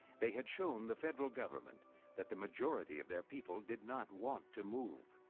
they had shown the federal government that the majority of their people did not want to move,